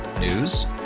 News